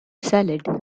salad